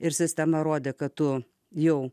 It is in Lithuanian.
ir sistema rodė kad tu jau